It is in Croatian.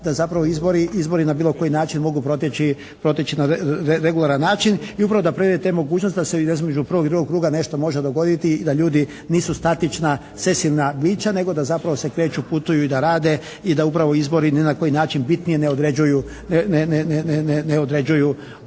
da zapravo izbori na bilo koji način mogu proteći na regularan način i upravo da … /Govornik se ne razumije./ … te mogućnost da se između prvog i drugog kruga može nešto dogoditi i da ljudi nisu statična sesilna bića nego da zapravo se kreću, putuju i da rade i da upravo izbori ni na koji način bitnije ne određuju na